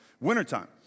wintertime